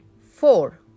Four